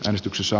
äänestyksessä